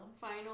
Final